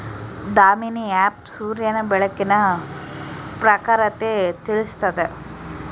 Damini app ಸೂರ್ಯನ ಬೆಳಕಿನ ಪ್ರಖರತೆ ತಿಳಿಸ್ತಾದ